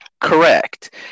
Correct